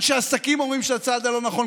אנשי עסקים אומרים שזה הצעד לא הנכון.